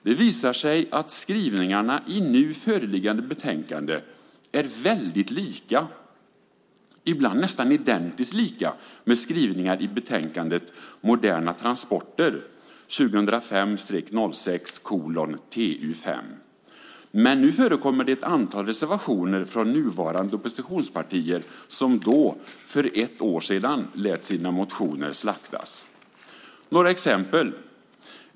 Det visar sig att skrivningarna i nu föreliggande betänkande är väldigt lika, ibland nästan identiskt lika, med skrivningar i betänkandet Moderna transporter , 2005/06:TU5. Men nu förekommer det ett antal reservationer från nuvarande oppositionspartier, som för ett år sedan lät sina motioner slaktas. Jag ska ta några exempel.